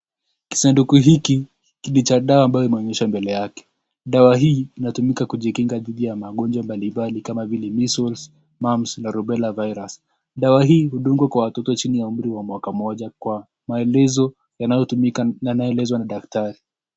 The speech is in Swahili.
Saduku hiki ni cha dawa ambayo imeonyeshwa mbele yake, dawa hii inatumika kujikinga dhidi ya magonjwa mbalimbali kama vile muscles , mumps ,na rubella virus ,dawa hii hudungwa kwa watoto chini ya miaka kumi na moja kwa maelezo yanayoelezwa na daktari.